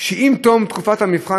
כי עם תום תקופת המבחן,